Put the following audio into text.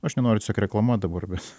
aš nenoriu tiesiog reklamuot dabar bet